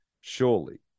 Surely